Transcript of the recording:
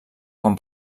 quan